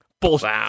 Bullshit